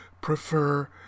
prefer